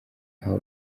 aho